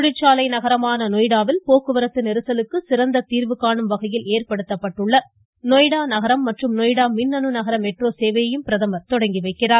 தொழிற்சாலை நகரமான நொய்டாவில் போக்குவரத்து நெரிசலுக்கு சிறந்த தீர்வு காணும் வகையில் ஏற்படுத்தப்பட்டுள்ள நொய்டா நகரம் மற்றும் நொய்டா மின்னணு நகர மெட்ரோ சேவையை பிரதமர் தொடங்கி வைத்தார்